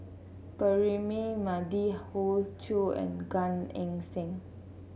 Braema Mathi Hoey Choo and Gan Eng Seng